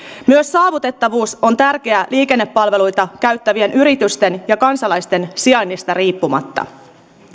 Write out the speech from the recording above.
myös saavutettavuus on tärkeä liikennepalveluita käyttävien yritysten ja kansalaisten sijainnista riippumatta